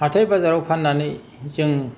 हाथाय बाजाराव फान्नानै जों